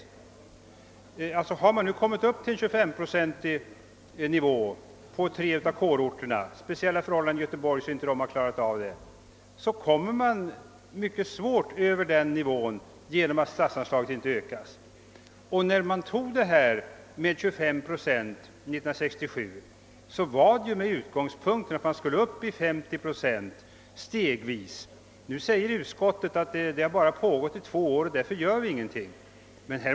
Man har nu kommit upp till en 25-procentig nivå på tre av kårorterna — speciella förhållanden i Göteborg har gjort att man där inte nått upp till den — men man får mycket svårt att komma över den nivån genom att statsanslaget inte ökas. Och när man beslöt sig för 25 procents aktivitetsnivå bland studenterna 1967 så var det ju med utgångspunkt i att man stegvis skulle upp i 50 procent. samheten bara har pågått i två år, därför gör vi ingenting.